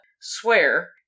swear